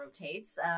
rotates